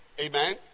Amen